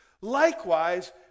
Likewise